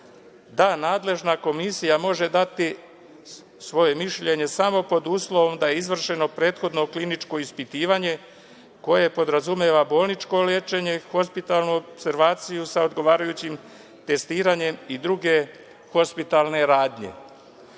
ta nadležna komisija može dati svoje mišljenje samo pod uslovom da je izvršeno prethodno kliničko ispitivanje koje podrazumeva bolničko lečenje, hospitalnu opservaciju sa odgovarajućim testiranjem i druge hospitalne radnje.U